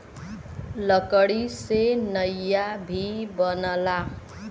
लकड़ी से नइया भी बनला